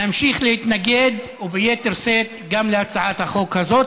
נמשיך להתנגד וביתר שאת גם להצעת החוק הזאת,